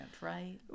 right